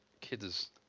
kids